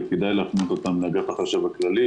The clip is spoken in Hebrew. וכדאי להפנות אותם לאגף החשב הכללי,